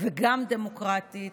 וגם דמוקרטית,